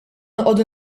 noqogħdu